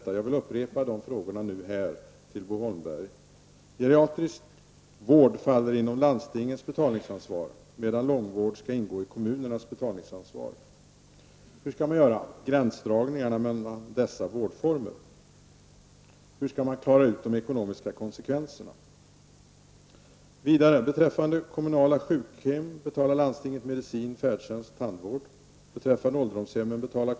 Jag vill nu här upprepa de frågorna till Bo Holmberg. Geriatrisk vård faller inom landstingens betalningsansvar, medan långvård skall ingå i kommunernas betalningsansvar. Hur skall man göra gränsdragningarna mellan dessa vårdformer? För medicin, färdtjänst och tandvård på kommunala sjukhem betalar landstingen, medan kommunerna slår motsvarande kostnader på ålderdomshemmen.